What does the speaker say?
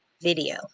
video